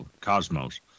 cosmos